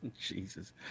Jesus